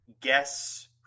guess